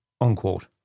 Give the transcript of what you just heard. Unquote